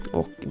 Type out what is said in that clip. och